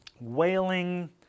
wailing